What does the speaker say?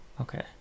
Okay